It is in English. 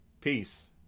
peace